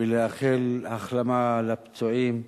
ולאחל החלמה לפצועים,